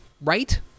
Right